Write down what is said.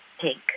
pink